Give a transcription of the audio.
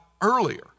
earlier